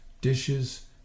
dishes